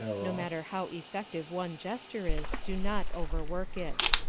no matter how effective one gesture is, do not overwork it.